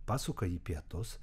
pasuka į pietus